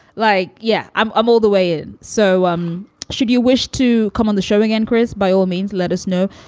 like, yeah, i'm i'm all the way so um should you wish to come on the show again, chris? by all means, let us know.